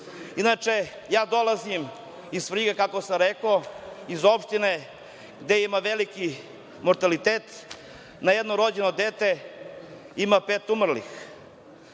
Srbiji. Inače, dolazim iz Svrljiga kako sam rekao, iz opštine gde ima veliki mortalitet, na jedno rođeno dete ima pet umrlih.